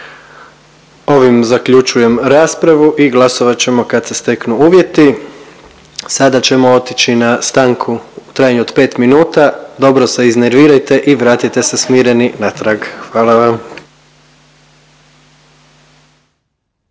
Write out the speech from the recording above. Ovim zaključujem raspravu i glasovat ćemo kad se steknu uvjeti. Sada ćemo otići na stanku u trajanju od pet minuta. Dobro se iznervirajte i vratite se smireni natrag. Hvala vam.